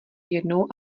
jednou